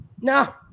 No